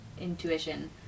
intuition